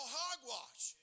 hogwash